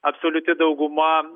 absoliuti dauguma